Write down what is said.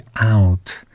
out